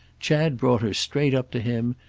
chad brought her straight up to him,